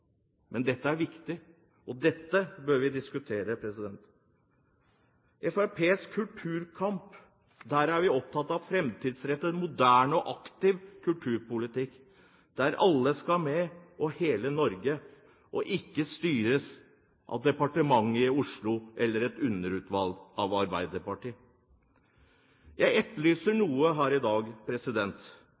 Men dette er viktig, og dette bør vi diskutere. I Fremskrittspartiets kulturkamp er vi opptatt av framtidsrettet, moderne og aktiv kulturpolitikk, der alle, hele Norge, skal med og ikke styres av departementet i Oslo eller av et underutvalg i Arbeiderpartiet. Jeg etterlyser noe her i dag.